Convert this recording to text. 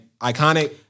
Iconic